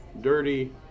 dirty